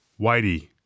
Whitey